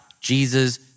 Jesus